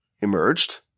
emerged